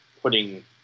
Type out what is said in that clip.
putting